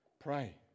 Pray